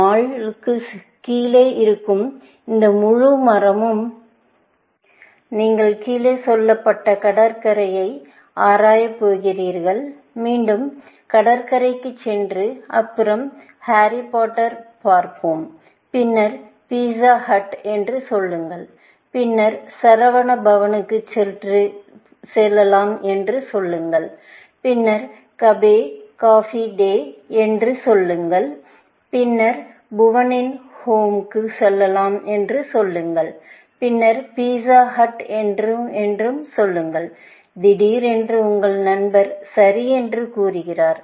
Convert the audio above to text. மாலுக்கு கீழே இருக்கும் இந்த முழு மரமும் நீங்கள் கீழே சொல்லப்பட்ட கடற்கரையை ஆராயப் போகிறீர்கள் மீண்டும் கடற்கரைக்குச் சென்று அப்புறம் ஹாரி போர்ட்டரைப் பார்ப்போம் பின்னர் பீஸ்ஸா ஹட் என்று சொல்லுங்கள் பின்னர் சரவண பவனுக்கு என்று சொல்லுங்கள் பின்னர் கஃபே காபி டே என்று சொல்லுங்கள் பின்னர் புவனின் ஹோமுக்குBhuvan's Home என்று சொல்லுங்கள் பின்னர் பீஸ்ஸா ஹட்என்று என்று சொல்லுங்கள் திடீரென்று உங்கள் நண்பர் சரி என்று கூறுகிறார்